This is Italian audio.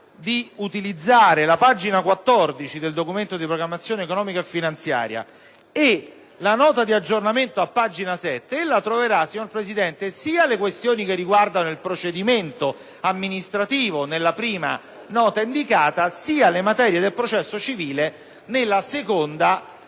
visionare la pagina 14 del Documento di programmazione economico-finanziaria e la Nota di aggiornamento a pagina 7, ella trovera, signor Presidente, sia le questioni che riguardano il procedimento amministrativo (nella prima) sia le materie del processo civile (nella seconda).